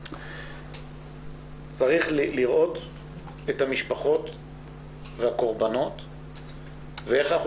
צריך לראות את המשפחות והקורבנות ואיך אנחנו